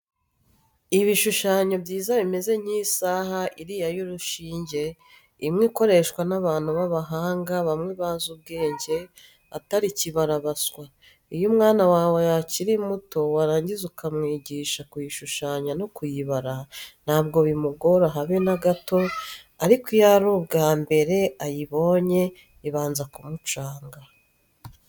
Ibishushanyo byiza bimeze nk'isaha iriya y'urushinge, imwe ikoreshwa n'abantu b'abahanga bamwe bazi ubwenge, atari kibara baswa. Iyo umwana wawe akiri muto warangiza ukamwigisha kuyishushanya no kuyibara, ntabwo bimugora habe na gato, ariko iyo ari ubwa mbere ayibonye ibanza kumucanga.